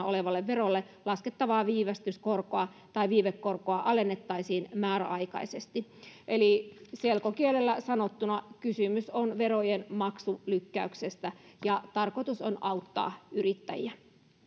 olevalle verolle laskettavaa viivästyskorkoa tai viivekorkoa alennettaisiin määräaikaisesti eli selkokielellä sanottuna kysymys on verojenmaksulykkäyksestä ja tarkoitus on auttaa yrittäjiä